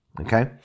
Okay